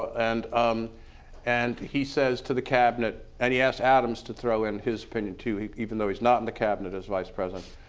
and um and he says to the cabinet and he asks adams to throw in his opinion, too, even though he's not in the cabinet as vice president,